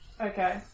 Okay